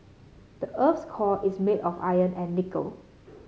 the earth's core is made of iron and nickel